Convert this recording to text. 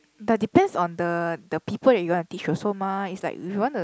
but depends on the the people that you want to teach also mah it's like you want the